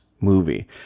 movie